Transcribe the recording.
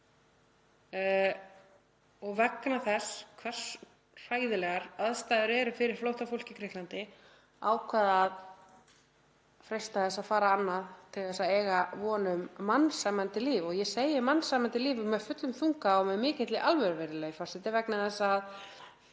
og vegna þess hversu hræðilegar aðstæður eru fyrir flóttafólk í Grikklandi ákvað það að freista þess að fara annað til þess að eiga von um mannsæmandi líf. Ég segi mannsæmandi líf með fullum þunga og með mikilli alvöru, virðulegi forseti, vegna þess að